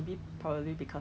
又要 out of stock liao